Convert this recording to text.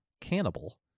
Cannibal